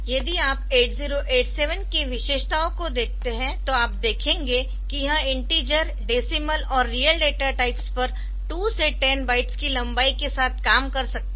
यदि आप 8087 की विशेषताओं को देखते है तो आप देखेंगे कि यह इन्टिजर डेसीमल और रियल डाटा टाइप्स पर 2 से 10 बाइट्स की लंबाई के साथ काम कर सकता है